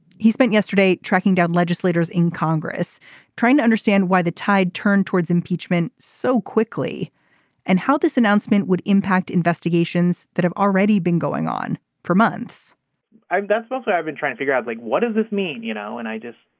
he spent yesterday tracking down legislators in congress trying to understand why the tide turned towards impeachment so quickly and how this announcement would impact investigations that have already been going on for months that's what i've been trying to figure out like what does this mean you know and i just